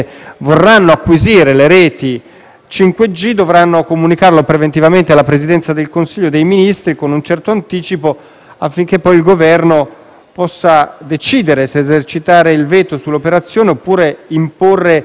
5G dovranno comunicarlo preventivamente alla Presidenza del Consiglio dei ministri con un certo anticipo, affinché poi il Governo possa decidere se esercitare il veto sull'operazione oppure imporre specifiche prescrizioni.